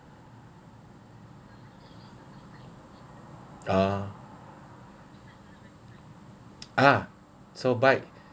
uh (uh huh) so bike